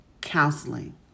counseling